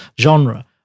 genre